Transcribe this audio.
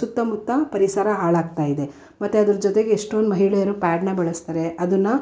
ಸುತ್ತಮುತ್ತ ಪರಿಸರ ಹಾಳಾಗ್ತಾಯಿದೆ ಮತ್ತು ಅದರ ಜೊತೆಗೆ ಎಷ್ಟೋಂದು ಮಹಿಳೆಯರು ಪ್ಯಾಡನ್ನ ಬಳಸ್ತಾರೆ ಅದನ್ನು